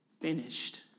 finished